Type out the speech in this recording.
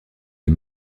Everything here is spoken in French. les